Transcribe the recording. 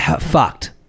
fucked